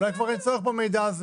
אולי כבר אין צורך במידע הזה.